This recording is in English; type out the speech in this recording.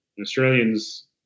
australians